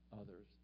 others